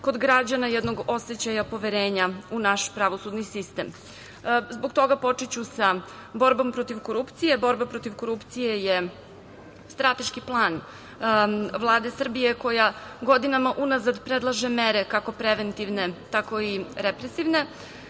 kod građana, jednog osećaja poverenja u naš pravosudni sistem. Zbog toga počeću sa borbom protiv korupcije. Borba protiv korupcije je strateški plan Vlade Srbije koja godinama unazad predlažem mere, kako preventivne, tako i represivne.